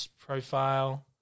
Profile